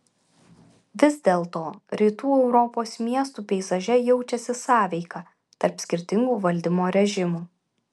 vis dėlto rytų europos miestų peizaže jaučiasi sąveika tarp skirtingų valdymo režimų